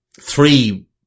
Three